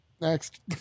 Next